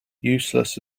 useless